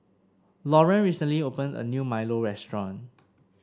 Lauren recently opened a new Milo restaurant